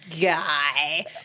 guy